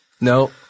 No